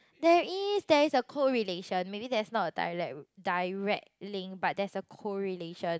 there is there is a correlation maybe there's not a dialect direct link but there's a correlation